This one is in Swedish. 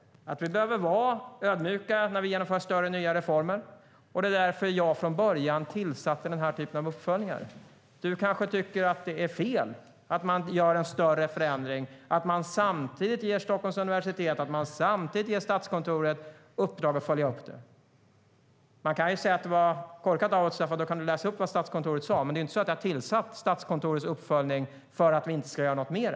Vi behöver dock vara ödmjuka när vi genomför större nya reformer, och det är därför jag från början tillsatte den här typen av uppföljningar. Du kanske tycker att det är fel att man gör en större förändring, att man samtidigt ger Stockholms universitet och Statskontoret uppdrag att följa upp det. Man kan säga att det i så fall var korkat av oss, för du kan ju läsa upp vad Statskontoret sade. Men jag har inte tillsatt Statskontorets uppföljning för att vi inte ska göra något mer.